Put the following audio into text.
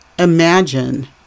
Imagine